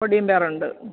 ഒടിയൻ പയർ ഉണ്ട്